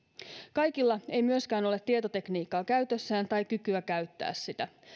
kaikilla ei myöskään ole tietotekniikkaa käytössään tai kykyä käyttää sitä